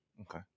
okay